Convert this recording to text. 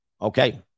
Okay